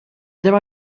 there